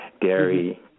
dairy